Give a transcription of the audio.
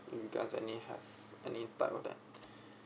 do you guys any have any type of that